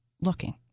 looking